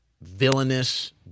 villainous